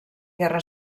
guerra